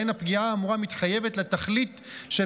שבהן הפגיעה האמורה מתחייבת לתכלית של